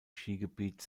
skigebiet